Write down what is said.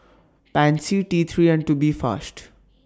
Pansy T three and Tubifast